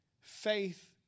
Faith